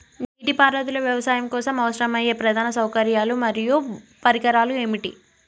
నీటిపారుదల వ్యవసాయం కోసం అవసరమయ్యే ప్రధాన సౌకర్యాలు మరియు పరికరాలు ఏమిటి?